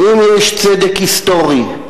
ואם יש צדק היסטורי,